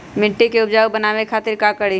मिट्टी के उपजाऊ बनावे खातिर का करी?